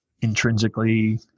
intrinsically